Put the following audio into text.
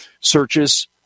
searches